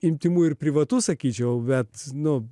intymu ir privatus sakyčiau bet nu